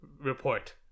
report